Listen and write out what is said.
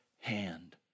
hand